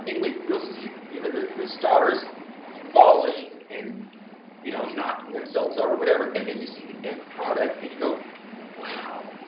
anyway, you'll see, you know the the stars falling and you know, knocking themselves or whatever and then you see the end product and you go wow,